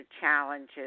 challenges